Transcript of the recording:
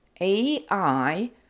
AI